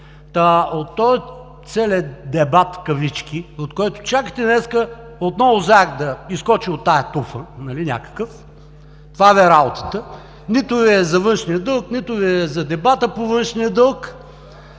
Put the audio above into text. от този целия „дебат“, от който чакате днес отново заек да изскочи от тази туфа, нали някакъв, това Ви е работата – нито Ви е за външния дълг, нито Ви е за дебата по външния дълг.